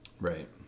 Right